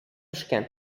пешкән